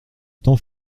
temps